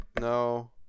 no